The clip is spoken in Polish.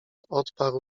odparł